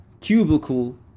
cubicle